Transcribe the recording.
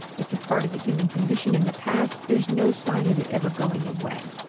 it's a part of the human condition in the past. there's no sign of it ever going away.